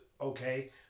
okay